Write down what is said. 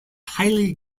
highly